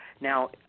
Now